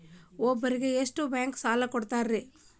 ಒಬ್ಬರಿಗೆ ಎಷ್ಟು ಬ್ಯಾಂಕ್ ಸಾಲ ಕೊಡ್ತಾರೆ?